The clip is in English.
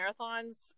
marathons